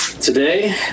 Today